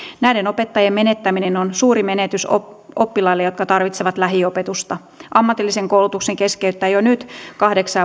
näiden opettajien menettäminen on suuri menetys oppilaille jotka tarvitsevat lähiopetusta ammatillisen koulutuksen keskeyttää jo nyt kahdeksan